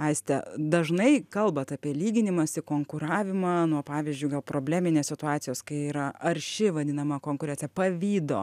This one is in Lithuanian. aiste dažnai kalbat apie lyginimąsi konkuravimą nuo pavyzdžiui gal probleminės situacijos kai yra arši vadinama konkurencija pavydo